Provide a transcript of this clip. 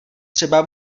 třeba